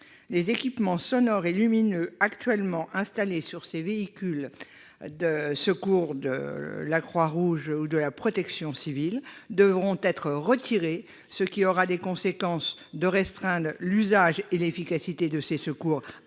les équipements sonores et lumineux actuellement installés sur les véhicules de secours de la Croix-Rouge ou de la protection civile devront être retirés, ce qui aura pour conséquences de restreindre l'usage et l'efficacité de ces secours